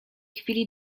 chwili